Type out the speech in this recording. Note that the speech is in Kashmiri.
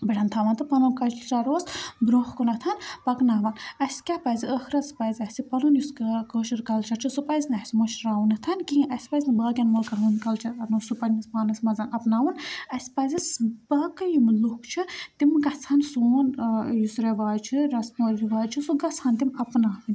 تھاوان تہٕ پَنُن کَلچَر اوٗس برٛۄنٛہہ کُن پَکناوان اسہِ کیٛاہ پَزِ ٲخرَس پَزِ اسہِ پَنُن یُس کٲشُر کَلچَر چھُ سُہ پَزِ نہٕ اسہِ مٔشراوُن کِہیٖنۍ اسہِ پَزِ نہٕ باقٕیَن مُلکَن ہُنٛد کَلچَر اَنُن سُہ پننِس پانَس منٛز اَپناوُن اسہِ پَزِ باقٕے یِم لوٗکھ چھِ تِم گژھَن سوٗن ٲں یُس ریٚواج چھُ رَسم و ریٚواج چھُ سُہ گژھہِ ہان تِم اَپناوٕنۍ